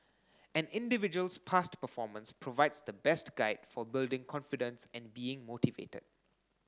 an individual's past performance provides the best guide for building confidence and being motivated